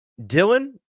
Dylan